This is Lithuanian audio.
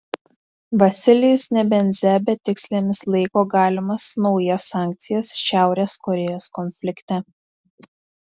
vasilijus nebenzia betikslėmis laiko galimas naujas sankcijas šiaurės korėjos konflikte